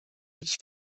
nicht